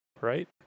right